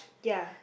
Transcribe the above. ya